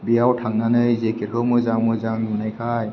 बेयाव थांनानै जेकेटखौ मोजां मोजां नुनायखाय